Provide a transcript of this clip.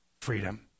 freedom